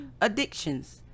addictions